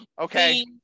Okay